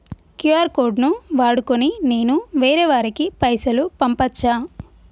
QR code ను వాడుకొని నేను వేరే వారికి పైసలు పంపచ్చా?